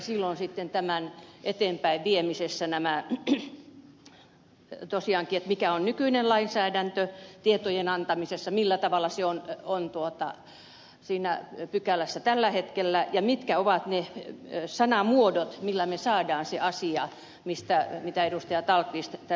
silloin sitten tämän eteenpäinviemisessä tosiaankin on tärkeää mikä on nykyinen lainsäädäntö tietojen antamisessa millä tavalla se on siinä pykälässä tällä hetkellä ja mitkä ovat ne sanamuodot millä me saamme sen asian mitä ed